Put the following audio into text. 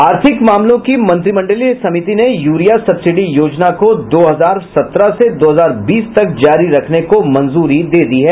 आर्थिक मामलों की मंत्रिमंडलीय समिति ने यूरिया सब्सिडी योजना को दो हजार सत्रह से दो हजार बीस तक जारी रखने को मंजूरी दे दी है